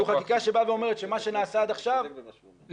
זו חקיקה שבאה ואומרת שמה שנעשה עד עכשיו הוא כדין.